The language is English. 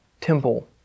Temple